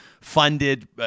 funded